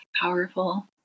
Powerful